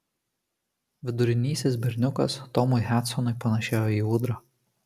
vidurinysis berniukas tomui hadsonui panėšėjo į ūdrą